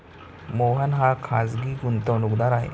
मोहन हा खाजगी गुंतवणूकदार आहे